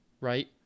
right